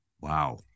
Wow